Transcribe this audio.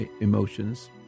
emotions